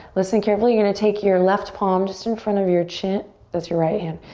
listen carefully, you're gonna take your left palm just in front of your chin that's your right hand.